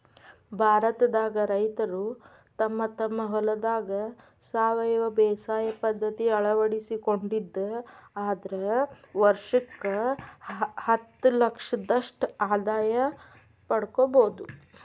ಭಾರತದಾಗ ರೈತರು ತಮ್ಮ ತಮ್ಮ ಹೊಲದಾಗ ಸಾವಯವ ಬೇಸಾಯ ಪದ್ಧತಿ ಅಳವಡಿಸಿಕೊಂಡಿದ್ದ ಆದ್ರ ವರ್ಷಕ್ಕ ಹತ್ತಲಕ್ಷದಷ್ಟ ಆದಾಯ ಪಡ್ಕೋಬೋದು